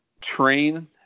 train